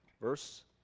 verse